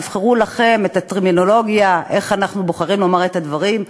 תבחרו לכם את הטרמינולוגיה איך לומר את הדברים,